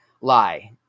lie